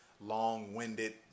long-winded